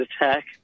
attack